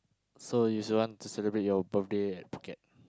so you don't want to celebrate your birthday at Phuket